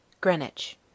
Greenwich